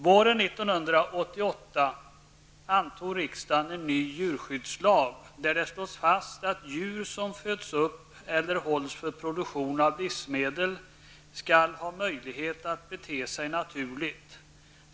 Våren 1988 antog riksdagen en ny djurskyddslag, där det slås fast att djur som föds upp eller hålls för produktion av livsmedel skall ha möjlighet att bete sig naturligt.